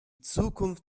zukunft